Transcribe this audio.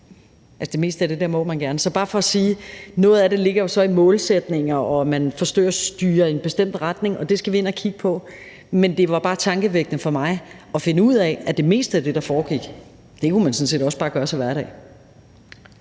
det meste af det må man gerne. Så det er bare for at sige, at noget af det jo så ligger i målsætninger, og at man forsøger at styre i en bestemt retning, og det skal vi ind at kigge på. Men det var bare tankevækkende for mig at finde ud af, at det meste af det, der foregik, kunne man sådan set også bare gøre til hverdag.